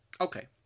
Okay